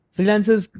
Freelancers